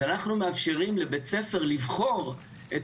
אז אנחנו מאפשרים לבית הספר לבחור את